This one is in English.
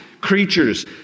creatures